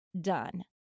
done